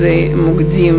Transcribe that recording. מוקדים,